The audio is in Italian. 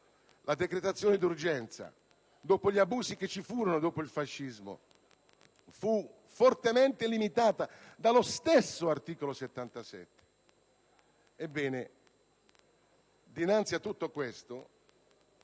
la decretazione d'urgenza, dopo gli abusi che vi furono, dopo il fascismo è stata volutamente limitata dallo stesso articolo 77. Ebbene, dinanzi a tutto ciò,